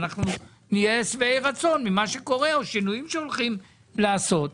אנחנו נהיה שבעי רצון ממה שקורה או שינויים שהולכים לעשות.